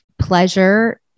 pleasure